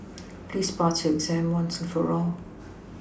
please pass your exam once and for all